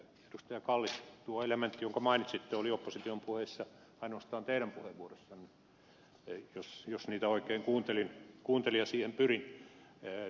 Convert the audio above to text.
kallis tuo elementti jonka mainitsitte oli opposition puheissa ainoastaan teidän puheenvuorossanne jos niitä oikein kuuntelin ja siihen pyrin